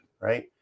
right